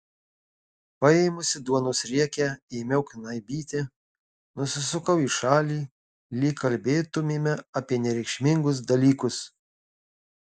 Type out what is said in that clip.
paėmusi duonos riekę ėmiau knaibyti nusisukau į šalį lyg kalbėtumėme apie nereikšmingus dalykus